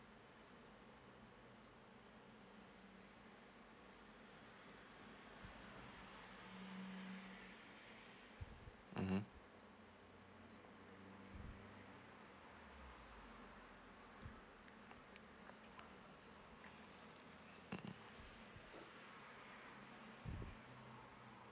mmhmm